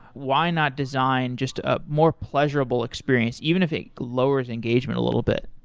why not design just up more pleasurable experience even if it lowers engagement a little bit?